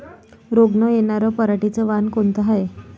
रोग न येनार पराटीचं वान कोनतं हाये?